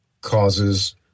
causes